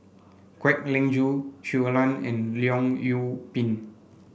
Kwek Leng Joo Shui Lan and Leong Yoon Pin